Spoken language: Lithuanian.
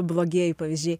blogieji pavyzdžiai